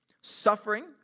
suffering